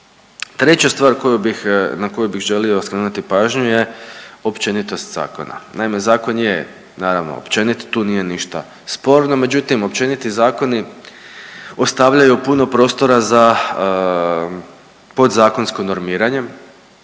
Treća stvar koju bih, na koju bih želio skrenuti pažnju je općenitost zakona. Naime, zakon je naravno općenit, tu nije ništa sporno. Međutim, općeniti zakoni ostavljaju puno prostora za podzakonsko normiranje